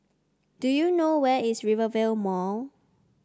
do you know where is Rivervale Mall